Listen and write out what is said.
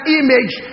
image